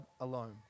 alone